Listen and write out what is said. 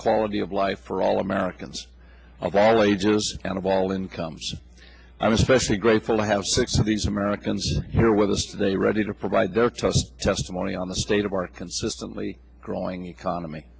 quality of life for all americans of all ages and of all incomes i'm especially grateful i have six of these americans here with us they are ready to provide their tough testimony on the state of our consistently growing economy